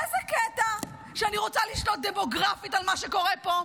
איזה קטע שאני רוצה לשלוט דמוגרפית על מה שקורה פה,